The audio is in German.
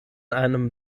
einem